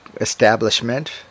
establishment